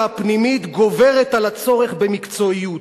הפנימית גוברת על הצורך במקצועיות.